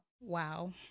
Wow